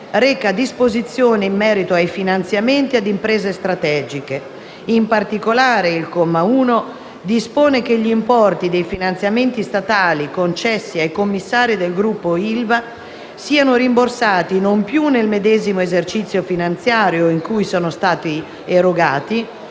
reca disposizioni in merito ai finanziamenti ad imprese strategiche. In particolare, il comma 1 dispone che gli importi dei finanziamenti statali concessi ai commissari del Gruppo ILVA siano rimborsati non più nel medesimo esercizio finanziario in cui sono stati erogati